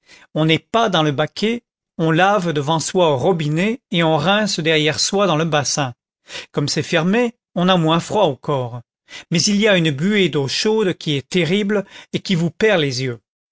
on n'est pas dans le baquet on lave devant soi au robinet et on rince derrière soi dans le bassin comme c'est fermé on a moins froid au corps mais il y a une buée d'eau chaude qui est terrible et qui vous perd les yeux